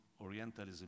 Orientalism